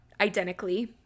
identically